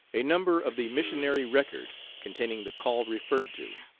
a number of the missionary record containing the call referred to.